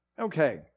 Okay